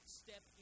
step